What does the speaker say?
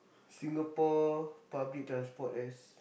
Singapore public transport as